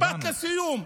משפט לסיום.